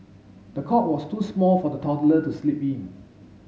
the cot was too small for the toddler to sleep in